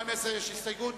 2010, יש הסתייגות?